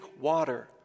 water